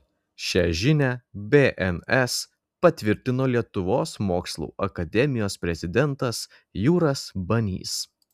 šią žinią bns patvirtino lietuvos mokslų akademijos prezidentas jūras banys